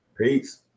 Peace